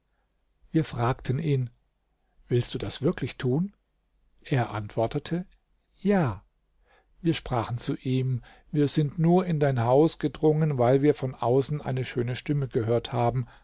wir fragten ihn willst du das wirklich tun er antwortete ja wir sprachen zu ihm wir sind nur in dein haus gedrungen weil wir von außen eine schöne stimme gehört haben